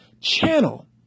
channel